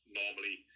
normally